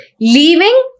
leaving